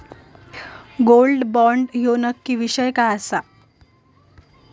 Gold bond ह्यो नक्की विषय काय आसा?